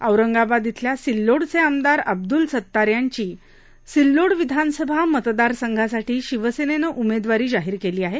औरंगाबाद इथल्या सिल्लोडचे आमदार अब्दुल सत्तार यांची सिल्लोड विधानसभा मतदारसंघासाठी शिवसेनेनं उमेदवारी जाहीर केली आहे